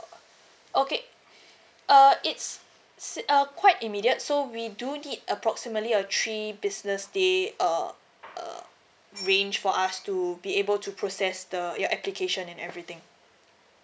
okay uh it's is err quite immediate so we do need approximately a three business day uh uh range for us to be able to process the your application and everything